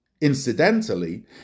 Incidentally